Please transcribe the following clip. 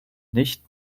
nicht